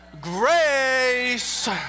grace